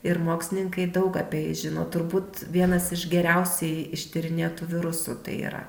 ir mokslininkai daug apie jį žino turbūt vienas iš geriausiai ištyrinėtų virusų tai yra